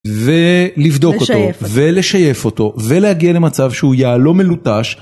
ולבדוק אותו, ולשייף אותו, ולהגיע למצב שהוא יהלום מלוטש.